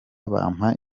bampa